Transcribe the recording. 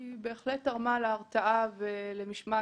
היא בהחלט תרמה להרתעה ולמשמעת.